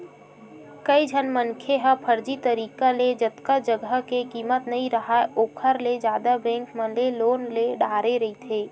कइझन मनखे ह फरजी तरिका ले जतका जघा के कीमत नइ राहय ओखर ले जादा बेंक मन ले लोन ले डारे रहिथे